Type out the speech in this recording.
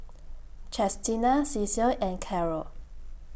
Chestina Cecil and Carole